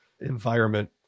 environment